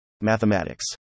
Mathematics